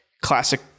classic